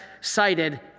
cited